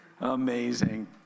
Amazing